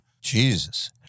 Jesus